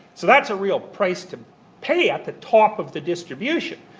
so that's a real price to pay at the top of the distribution.